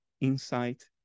insight